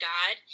God